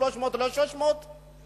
מ-300 ל-600,